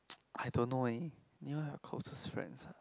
I don't know eh closest friends ah